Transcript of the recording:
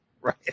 right